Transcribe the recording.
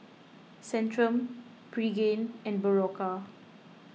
Centrum Pregain and Berocca